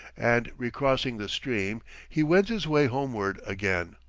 and, recrossing the stream, he wends his way homeward again.